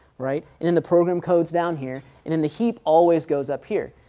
right, and and the program codes down here and and the heap always goes up here.